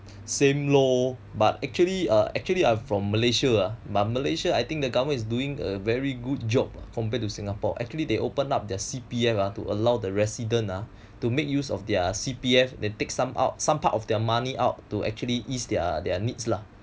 same loh but actually uh actually I'm from Malaysia Malaysia I think the government is doing a very good job compared to Singapore actually they open up their C_P_F to allow the residents ah to make use of their C_P_F and take some out some part of their money out to actually ease their needs lah